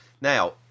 Now